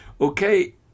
Okay